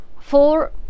four